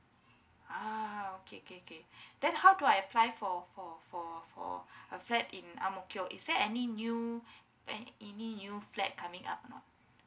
ah okay K K then how do I apply for for for for a flat in angmokio is there any new any new flat coming up or not